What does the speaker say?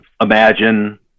imagine